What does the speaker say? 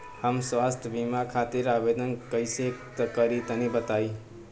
हम स्वास्थ्य बीमा खातिर आवेदन कइसे करि तनि बताई?